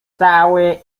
cały